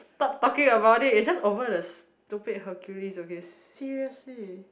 stop talking about it it's just over the stupid Hercules okay seriously